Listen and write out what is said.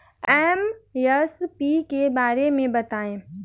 MSP के बारे में बतायें?